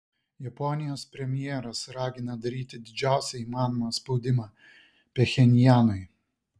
japonijos premjeras ragina daryti didžiausią įmanomą spaudimą pchenjanui